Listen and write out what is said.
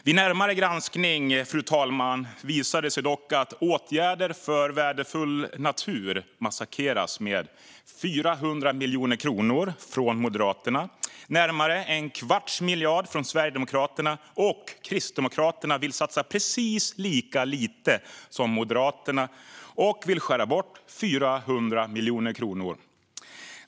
Vid närmare granskning, fru talman, visar det sig dock att åtgärder för värdefull natur massakreras med 400 miljoner kronor från Moderaterna och närmare en kvarts miljard från Sverigedemokraterna - och Kristdemokraterna vill satsa precis lika lite som Moderaterna och vill skära bort 400 miljoner kronor.